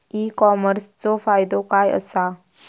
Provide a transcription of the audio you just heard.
E कॉमर्सचो फायदो काय असा?